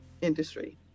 industry